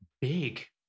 big